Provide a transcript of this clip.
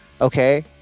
okay